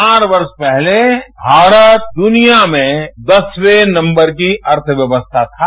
चार वर्ष पहले भारत दुनिया में दसवें नम्बर की अर्थव्यवस्था थी